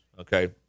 okay